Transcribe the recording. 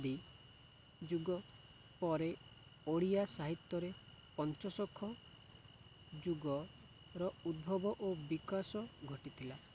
ଆଦି ଯୁଗ ପରେ ଓଡ଼ିଆ ସାହିତ୍ୟରେ ପଞ୍ଚସଖା ଯୁଗର ଉଦ୍ଭବ ଓ ବିକାଶ ଘଟିଥିଲା